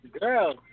girl